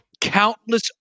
countless